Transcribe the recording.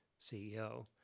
CEO